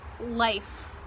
life